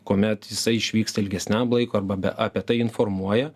kuomet jisai išvyksta ilgesniam laikui arba be apie tai informuoja